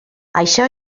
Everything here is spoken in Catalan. això